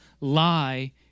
lie